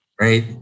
right